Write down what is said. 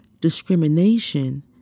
discrimination